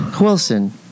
Wilson